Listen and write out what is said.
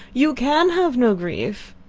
you can have no grief.